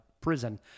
prison